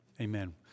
Amen